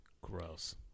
Gross